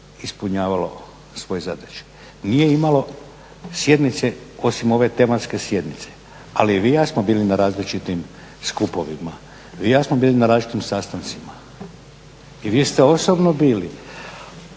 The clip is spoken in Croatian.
ispunjavalo svoje zadaće. Nije imalo sjednice osim ove tematske sjednice. Ali i vi i ja smo bili na različitim skupovima, vi i ja smo bili na različitim sastancima i vi ste osobno bili.